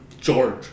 George